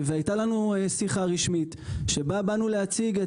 הייתה לנו שיחה רשמית שבה באנו להציג את